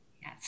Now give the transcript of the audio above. Yes